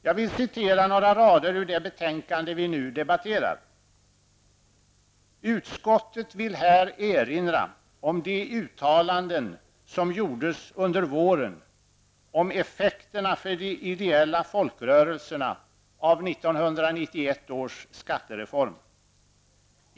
Jag skall citera några rader ur det betänkande vi nu debatterar: ''Utskottet vill här erinra om de uttalanden som gjordes under våren om effekterna för de ideella folkrörelserna av 1991 års skattereform.